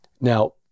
Now